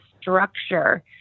structure